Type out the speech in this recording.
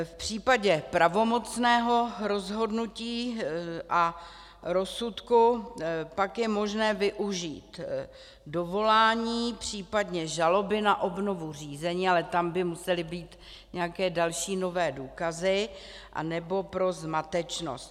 V případě pravomocného rozhodnutí a rozsudku je možné využít dovolání, případně žaloby na obnovu řízení, ale tam by musely být nějaké další, nové důkazy, anebo pro zmatečnost.